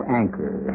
anchor